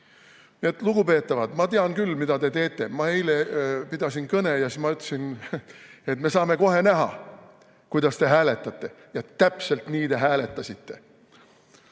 et, lugupeetavad, ma tean küll, mida te teete. Ma eile pidasin kõnet ja siis ma ütlesin, et me saame kohe näha, kuidas te hääletate. Ja täpselt nii te hääletasite.